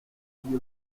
ijye